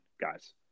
guys